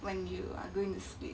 when you are going to sleep